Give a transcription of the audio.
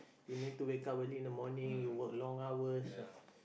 you need to wake up early in the morning you work long hours